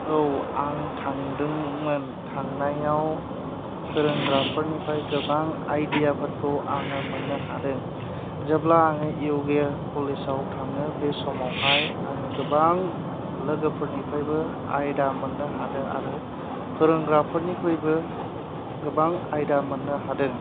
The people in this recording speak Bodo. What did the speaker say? औ आं थांदोंमोन थांनायाव फोरोंग्राफोरनिफ्राय गोबां आइदिया फोरखौ आङो मोननो हादों जेब्ला आङो इउगया खलेजाव थाङो बे समाव हाय आङो गोबां लोगोफोरनिफ्रायबो आयदा मोननो हादों आरो फोरोंग्राफोरनिफ्रायबो गोबां आयदा मोननो हादों